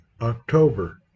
october